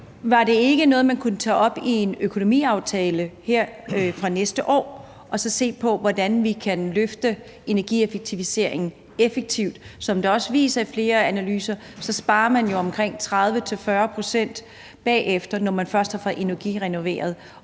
var det ikke noget, man kunne tage op i en økonomiaftale her fra næste år og så se på, hvordan vi kan løfte energieffektivseringen? Som flere analyser også viser, sparer man jo omkring 30-40 pct. bagefter, når man først har fået energirenoveret.